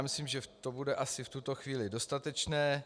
Myslím, že to bude asi v tuto chvíli dostatečné.